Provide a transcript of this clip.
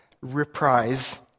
reprise